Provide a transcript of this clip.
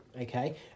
okay